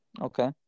okay